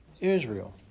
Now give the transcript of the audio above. Israel